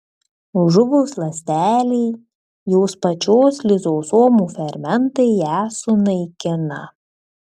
žuvus ląstelei jos pačios lizosomų fermentai ją sunaikina